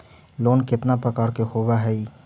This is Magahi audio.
लोन केतना प्रकार के होव हइ?